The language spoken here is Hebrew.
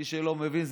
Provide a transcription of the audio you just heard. מי שלא מבין,